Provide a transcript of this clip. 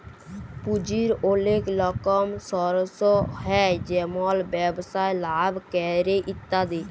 পুঁজির ওলেক রকম সর্স হ্যয় যেমল ব্যবসায় লাভ ক্যরে ইত্যাদি